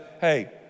Hey